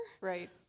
Right